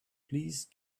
please